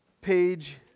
page